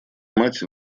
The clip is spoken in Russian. мать